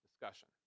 discussion